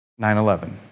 9-11